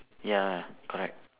ya correct